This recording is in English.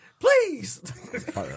Please